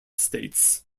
states